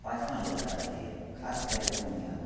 पाछाँ लऽ जा रहल यऽ खास कयके पूर्णियामे